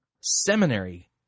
seminary